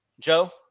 Joe